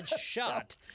shot